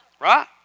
right